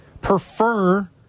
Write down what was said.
prefer